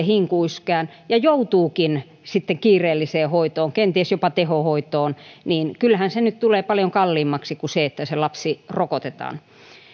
hinkuyskään ja joutuukin sitten kiireelliseen hoitoon kenties jopa tehohoitoon niin kyllähän se nyt tulee paljon kalliimmaksi kuin se että se lapsi rokotetaan